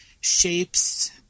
shapes